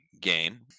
game